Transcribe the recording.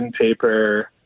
paper